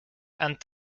and